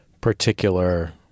particular